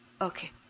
Okay